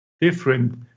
different